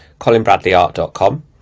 colinbradleyart.com